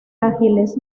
ágiles